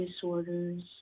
disorders